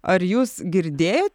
ar jūs girdėjo